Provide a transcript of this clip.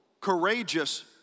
courageous